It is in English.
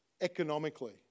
economically